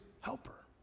helper